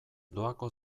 doako